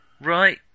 Right